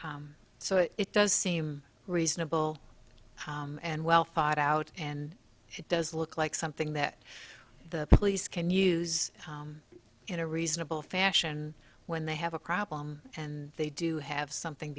so it does seem reasonable and well thought out and she does look like something that the police can use in a reasonable fashion when they have a problem and they do have something